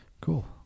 Cool